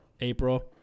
April